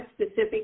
specific